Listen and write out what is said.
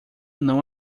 não